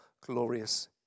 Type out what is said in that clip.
glorious